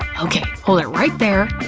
okay, hold it right there,